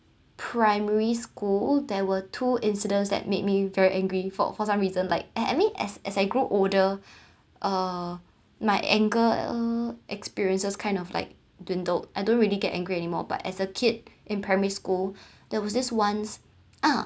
primary school there were two incidents that made me very angry for for some reason like I I mean as as I grew older uh my anger experiences kind of like dwindled I don't really get angry anymore but as a kid in primary school there was this once ah